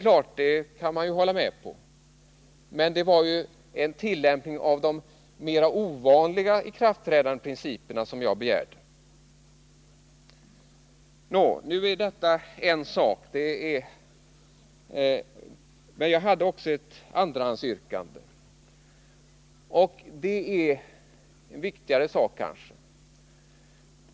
Men det var ju faktiskt en tillämpning av de mera ovanliga ikraftträdandeprinciperna som jag begärde. Nå, nu är detta en sak. Men jag hade också ett andrahandsyrkande, och det är kanske viktigare.